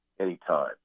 anytime